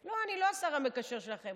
לא, אני לא השר המקשר שלכם.